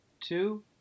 two